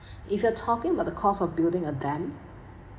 if you are talking about the cost of building a dam